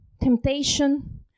temptation